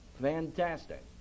Fantastic